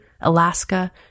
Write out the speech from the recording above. Alaska